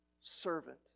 servant